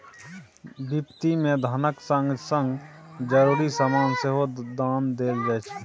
बिपत्ति मे धनक संग संग जरुरी समान सेहो दान देल जाइ छै